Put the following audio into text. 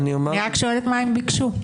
אני רק שואלת מה הם ביקשו.